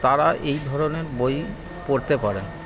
তারা এই ধরনের বই পড়তে পারেন